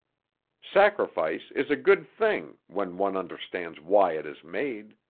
sacrifice is a good thing when one understands why it is made.